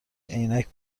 عینک